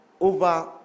over